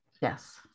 yes